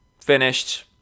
finished